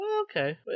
Okay